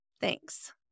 Thanks